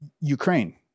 Ukraine